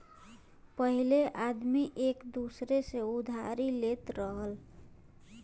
पहिले आदमी एक दूसर से उधारी लेत रहल